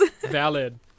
Valid